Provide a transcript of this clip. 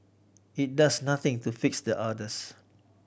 it does nothing to fix the others